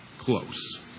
close